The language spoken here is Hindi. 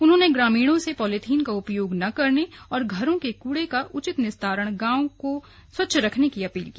उन्होंने ग्रामीणों से पॉलीथीन का उपयोग न करने और घरों के कूड़े का उचित निस्तारण कर गांव को स्वच्छ रखने की अपीली की